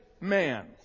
man